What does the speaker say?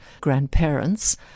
grandparents